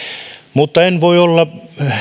mutta en voi olla